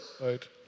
Right